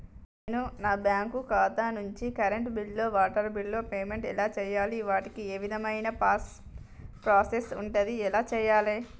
నేను నా బ్యాంకు ఖాతా నుంచి కరెంట్ బిల్లో వాటర్ బిల్లో పేమెంట్ ఎలా చేయాలి? వాటికి ఏ విధమైన ప్రాసెస్ ఉంటది? ఎలా చేయాలే?